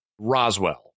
Roswell